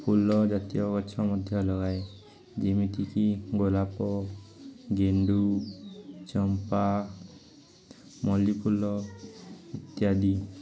ଫୁଲ ଜାତୀୟ ଗଛ ମଧ୍ୟ ଲଗାଏ ଯେମିତିକି ଗୋଲାପ ଗେଣ୍ଡୁ ଚମ୍ପା ମଲ୍ଲିଫୁଲ ଇତ୍ୟାଦି